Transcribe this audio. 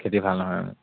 খেতি ভাল নহয় মানে